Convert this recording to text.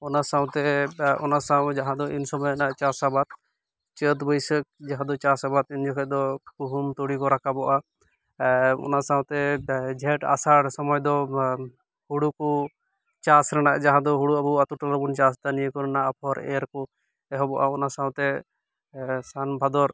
ᱚᱱᱟ ᱥᱟᱶᱛᱮ ᱚᱱᱟ ᱥᱟᱶ ᱡᱟᱦᱟᱸ ᱫᱚ ᱤᱱ ᱥᱚᱢᱚᱭ ᱨᱮᱱᱟᱜ ᱪᱟᱥ ᱟᱵᱟᱫᱽ ᱪᱟᱹᱛᱼᱵᱟᱭᱥᱟᱹᱠ ᱡᱟᱦᱟᱸ ᱫᱚ ᱪᱟᱥ ᱟᱵᱟᱫᱽ ᱩᱱ ᱡᱚᱠᱷᱚᱱ ᱫᱚ ᱜᱩᱦᱩᱢ ᱛᱩᱲᱤ ᱠᱚ ᱨᱟᱠᱟᱵᱚᱜᱼᱟ ᱚᱱᱟ ᱥᱟᱣᱛᱮ ᱡᱷᱮᱸᱴ ᱟᱥᱟᱲ ᱥᱚᱢᱚᱭᱫᱚ ᱦᱩᱲᱩᱠᱩ ᱪᱟᱥ ᱨᱮᱱᱟ ᱡᱟᱦᱟᱫᱚ ᱦᱩᱲᱩ ᱟᱵᱩ ᱟᱹᱛᱩ ᱴᱚᱞᱟ ᱨᱮᱵᱚᱱ ᱪᱟᱥ ᱮᱫᱟ ᱱᱤᱭᱟᱹ ᱠᱚᱨᱮᱱᱟ ᱟᱯᱷᱚᱨ ᱮᱨᱠᱚ ᱮᱦᱚᱵᱚᱜᱼᱟ ᱚᱱᱟ ᱥᱟᱣᱛᱮ ᱥᱟᱱ ᱵᱷᱟᱫᱚᱨ